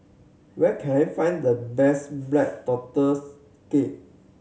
where can I find the best Black Tortoise Cake